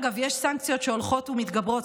אגב, יש סנקציות שהולכות ומתגברות.